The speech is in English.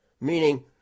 meaning